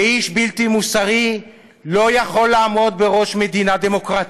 ואיש בלתי מוסרי לא יכול לעמוד בראש מדינה דמוקרטית.